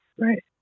right